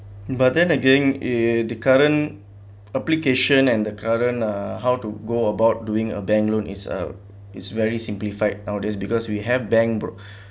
but then again eh the current application and the current uh how to go about doing a bank loan is uh is very simplified nowadays because we have bank broke